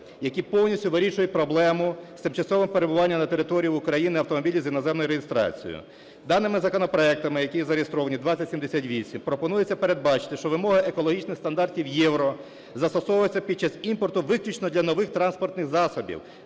які повністю вирішують проблему з тимчасовим перебування на території України автомобілів з іноземною реєстрацією. Даними законопроектами, які зареєстровані: 2078 пропонується передбачити, що вимоги екологічних стандартів "євро" застосовується під час імпорту виключно для нових транспортних засобів